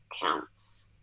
counts